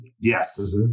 Yes